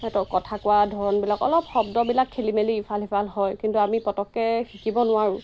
সিহঁতৰ কথা কোৱা ধৰণবিলাক অলপ শব্দবিলাক খেলিমেলি ইফাল সিফাল হয় কিন্তু আমি পটককৈ শিকিব নোৱাৰোঁ